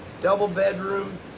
double-bedroom